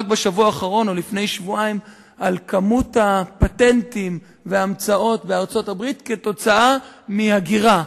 על מספר הפטנטים וההמצאות בארצות-הברית כתוצאה מהגירה.